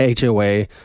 HOA